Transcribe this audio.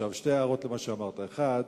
שתי הערות למה שאמרת: אחת,